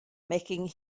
making